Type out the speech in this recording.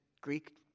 Greek